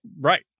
Right